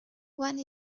one